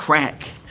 crack.